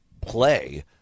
play